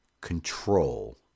control